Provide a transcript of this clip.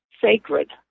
sacred